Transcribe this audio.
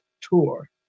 Tour